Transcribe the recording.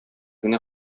генә